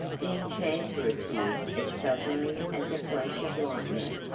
the enchanter appeared as suddenly as a flash of lightning,